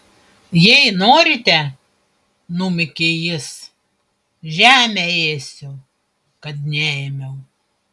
jei norite numykė jis žemę ėsiu kad neėmiau